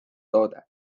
toode